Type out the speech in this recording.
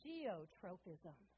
geotropism